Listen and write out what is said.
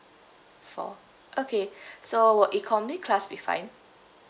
four okay so will economy class be fine